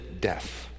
death